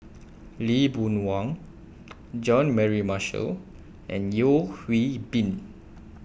Lee Boon Wang Jean Mary Marshall and Yeo Hwee Bin